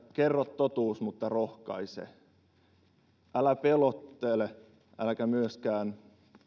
kerro totuus mutta rohkaise älä pelottele äläkä myöskään